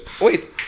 wait